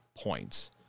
points